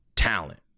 talent